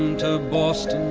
to boston